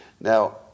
Now